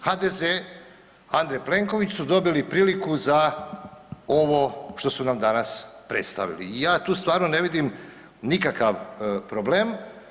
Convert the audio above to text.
HDZ, Andrej Plenković su dobili priliku za ovo što su nam danas predstavili i ja tu stvarno ne vidim nikakav problem.